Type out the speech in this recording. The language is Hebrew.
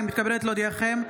אני מתכבדת להודיעכם,